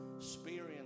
experience